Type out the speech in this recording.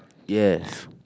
yes